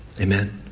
Amen